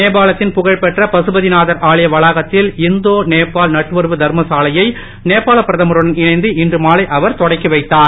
நேபாளத்தின் புகழ்பெற்ற பசுபதி நாதர் ஆலய வளாகத்தில் இந்தோ நேபாள் நட்புறவு தர்மசாலையை நேபாள பிரதமருடன் இணைந்து இன்று மாலை அவர் தொடக்கி வைத்தார்